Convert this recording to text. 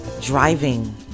Driving